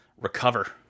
recover